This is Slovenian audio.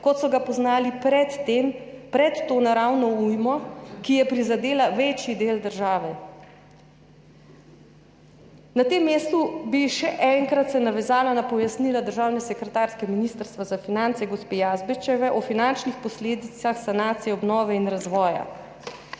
kot so ga poznali pred tem, pred to naravno ujmo, ki je prizadela večji del države. Na tem mestu bi se še enkrat navezala na pojasnila državne sekretarke Ministrstva za finance, gospe Jazbec, o finančnih posledicah sanacije obnove in razvoja.